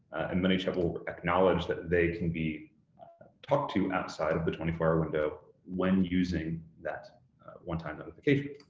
and manychat will acknowledge that they can be talked to outside of the twenty four hour window when using that one-time notification.